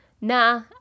nah